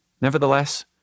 Nevertheless